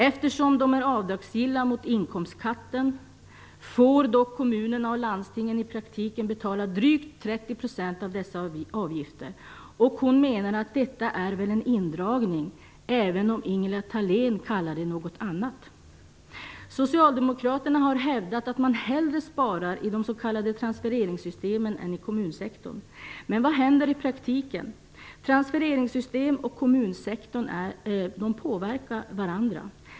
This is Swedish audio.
Eftersom de är avdragsgilla mot inkomstskatten får dock kommunerna och landstingen i praktiken betala drygt 30 % av dessa avgifter." Hon menar att detta är en indragning, även om Ingela Thalén kallar det något annat. Socialdemokraterna har hävdat att de hellre sparar i transfereringssystemen än i kommunsektorn. Men vad händer i praktiken? Transfereringssystem och kommunsektorn påverkar varandra.